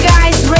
Guys